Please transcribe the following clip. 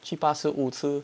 去八四五吃